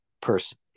person